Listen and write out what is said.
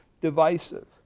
divisive